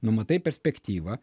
nu matai perspektyvą